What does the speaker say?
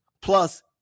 plus